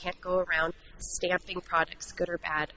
can't go around staffing projects good or bad